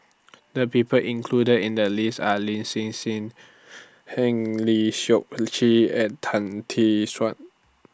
The People included in The list Are Lin Hsin Hsin Eng Lee Seok Chee and Tan Tee Suan